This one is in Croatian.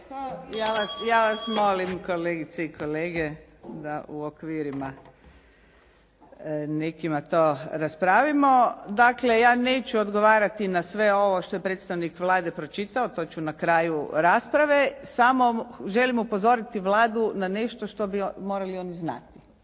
Ja vas molim kolegice i kolege da u okvirima nekima to raspravimo. Dakle ja neću odgovarati na sve ovo što je predstavnik Vlade pročitao. To ću na kraju rasprave. Samo želim upozoriti Vladu na nešto što bi morali oni znati.